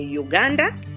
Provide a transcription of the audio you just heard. Uganda